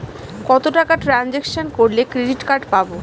কত টাকা ট্রানজেকশন করলে ক্রেডিট কার্ড পাবো?